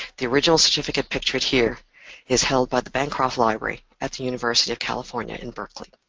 the original certificate pictured here is held by the bancroft library at the university of california in berkeley.